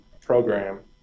program